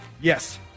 Yes